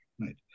Right